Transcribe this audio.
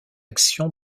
action